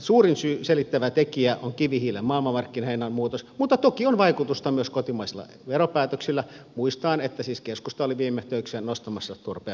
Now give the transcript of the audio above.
suurin selittävä tekijä on kivihiilen maailmanmarkkinahinnan muutos mutta toki on vaikutusta myös kotimaisilla veropäätöksillä muistaen että keskusta siis oli viime töikseen nostamassa turpeen verotusta